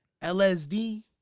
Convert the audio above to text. LSD